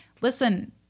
listen